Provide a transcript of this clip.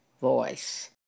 voice